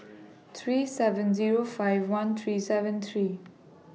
three seven Zero five one three seven three